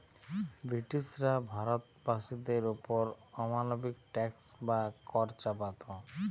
ব্রিটিশরা ভারতবাসীদের ওপর অমানবিক ট্যাক্স বা কর চাপাত